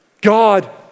God